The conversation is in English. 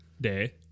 day